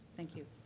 thank you.